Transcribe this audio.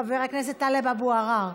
חבר הכנסת טלב אבו עראר,